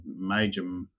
major